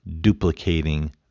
duplicating